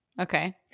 Okay